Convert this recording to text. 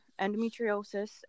endometriosis